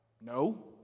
No